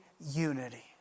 unity